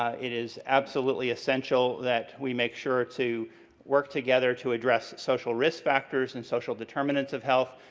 it is absolutely essentially that we make sure to work together to address social risk factors and social determinants of health,